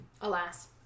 Alas